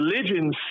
Religions